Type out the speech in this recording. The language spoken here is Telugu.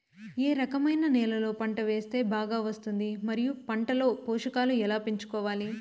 ఏ రకమైన నేలలో పంట వేస్తే బాగా వస్తుంది? మరియు పంట లో పోషకాలు ఎలా పెంచుకోవాలి?